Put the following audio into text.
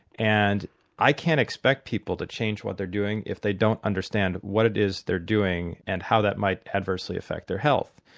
and i can't expect people to change what they're doing if they don't understand what it is they're doing and how that might adversely affect their health.